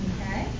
Okay